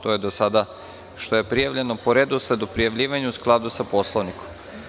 To je ono što je do sada prijavljeno po redosledu prijavljivanja, u skladu sa Poslovnikom.